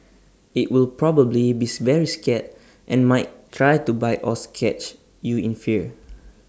IT will probably bees very scared and might try to bite or scratch you in fear